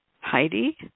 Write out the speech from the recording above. Heidi